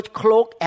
cloak